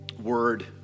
word